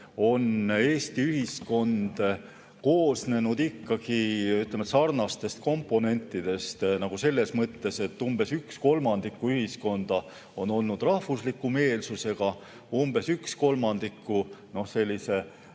on Eesti ühiskond koosnenud ikkagi sarnastest komponentidest selles mõttes, et umbes üks kolmandik ühiskonda on olnud rahvusliku meelsusega, umbes üks kolmandik sellise